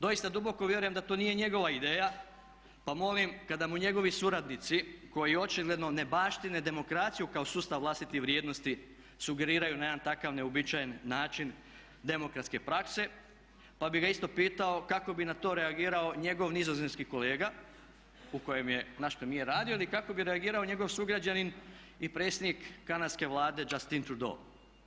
Doista duboko vjerujem da to nije njegova ideja pa molim kada mu njegovi suradnici koji očigledno ne baštine demokraciju kao sustav vlastitih vrijednosti sugeriraju na jedan takav neuobičajen način demokratske prakse pa bih ga isto pitao kako bi na to reagirao njegov nizozemski kolega gdje je naš premijer radio ili kako bi reagirao njegov sugrađanin i predsjednik kanadske Vlade Justin Trudeau?